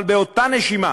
אבל באותה נשימה